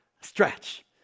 stretch